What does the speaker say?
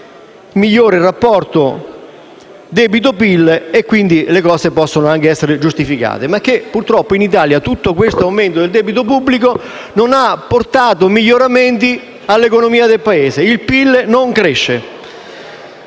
migliora il rapporto debito-PIL e quindi può anche essere giustificato. Purtroppo in Italia questo aumento del debito pubblico non ha portato miglioramenti all'economia del Paese. Il PIL non cresce.